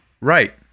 right